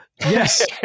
yes